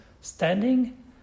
standing